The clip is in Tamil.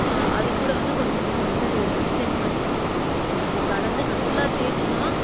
அது கூட வந்து கொஞ்சமாக வந்து செம்மண் அது கலந்து நல்லா தேய்ச்சோனால்